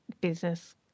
business